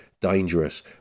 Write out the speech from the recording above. Dangerous